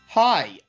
Hi